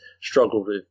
struggled